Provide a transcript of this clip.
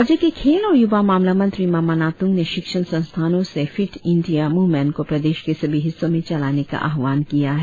राज्य के खेल और युवा मामला मंत्री मामा नातुं ने शिक्षण संस्थानों से फिट इंडिया मुवमेंट को प्रदेश के सभी हिस्सों में चलाने का आह्वान किया है